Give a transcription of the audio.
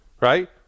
Right